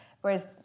whereas